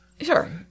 Sure